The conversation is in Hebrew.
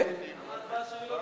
ההצבעה שלי.